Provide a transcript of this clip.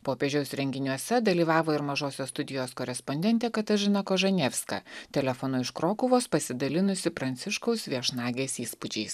popiežiaus renginiuose dalyvavo ir mažosios studijos korespondentė katažina kožanevska telefonu iš krokuvos pasidalinusi pranciškaus viešnagės įspūdžiais